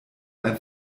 ein